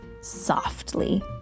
softly